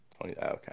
Okay